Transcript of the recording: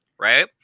right